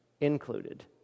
included